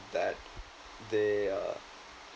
that they uh